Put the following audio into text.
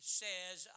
says